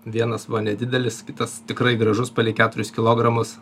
vienas buvo nedidelis kitas tikrai gražus palei keturis kilogramus